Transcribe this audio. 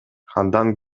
андан